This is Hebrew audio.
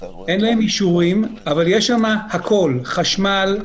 אין להם אישורים אבל יש שם הכול חשמל,